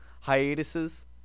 hiatuses